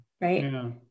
right